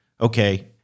Okay